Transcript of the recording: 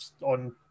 on